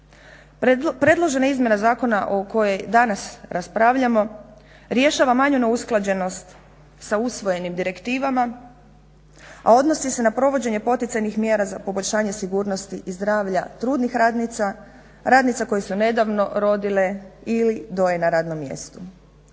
Predložena izmjena zakona o kojoj danas raspravljamo rješava manju neusklađenost sa usvojenim direktivama, a odnosi se na provođenje poticajnih mjera za poboljšanje sigurnosti i zdravlja trudnih radnica, radnica koje su nedavno rodile ili doje na radnom mjestu.